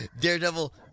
Daredevil